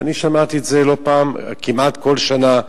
שמעתי את זה לא פעם, כמעט כל שנה,